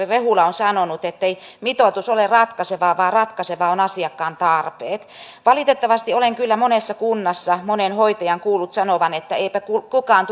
rehula on sanonut ettei mitoitus ole ratkaisevaa vaan ratkaisevaa on asiakkaan tarpeet valitettavasti olen kyllä monessa kunnassa monen hoitajan kuullut sanovan että eipä kukaan